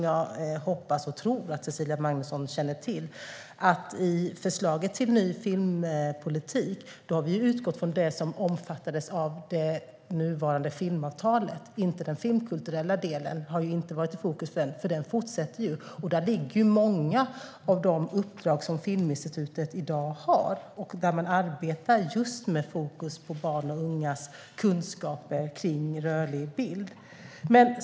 Jag hoppas och tror att Cecilia Magnusson känner till att i förslaget till ny filmpolitik har vi utgått från det som omfattas av det nuvarande filmavtalet. Den filmkulturella delen har inte varit i fokus eftersom den fortsätter. Där ligger många av de uppdrag som Filminstitutet i dag har, och man arbetar med fokus just på barns och ungas kunskaper om rörlig bild.